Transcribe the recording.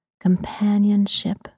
companionship